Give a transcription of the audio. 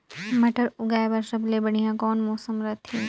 मटर उगाय बर सबले बढ़िया कौन मौसम रथे?